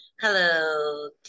hello